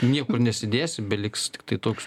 niekur nesidėsi beliks tiktai toks